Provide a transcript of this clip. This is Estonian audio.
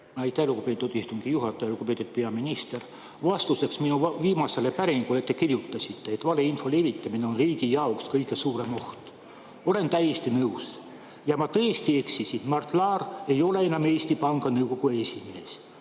Aitäh, lugupeetud istungi juhataja! Lugupeetud peaminister! Vastuseks minu viimasele päringule te kirjutasite, et valeinfo levitamine on riigi jaoks kõige suurem oht. Olen täiesti nõus. Ja ma tõesti eksisin. Mart Laar ei ole enam Eesti Panga Nõukogu esimees.